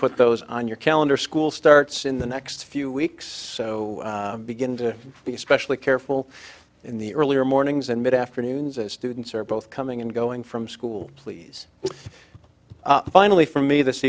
put those on your calendar school starts in the next few weeks so begin to be especially careful in the earlier mornings and mid afternoon as students are both coming and going from school please finally for me this